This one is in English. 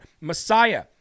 Messiah